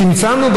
צמצמנו,